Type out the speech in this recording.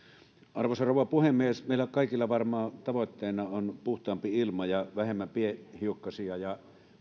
arvoisa rouva puhemies meillä kaikilla varmaan on tavoitteena puhtaampi ilma ja vähemmän pienhiukkasia ja